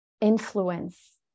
influence